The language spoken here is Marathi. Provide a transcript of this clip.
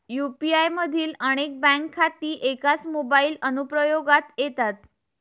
यू.पी.आय मधील अनेक बँक खाती एकाच मोबाइल अनुप्रयोगात येतात